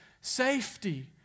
safety